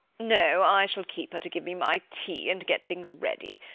no, i shall keep her to give me my tea and get things ready.